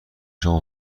شما